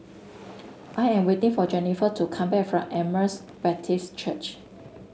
I am waiting for Jennifer to come back from Emmaus Baptist Church